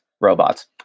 robots